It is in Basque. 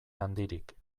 handirik